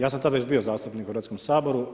Ja sam tad već bio zastupnik u Hrvatskom saboru.